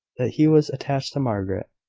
that he was attached to margaret.